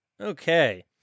Okay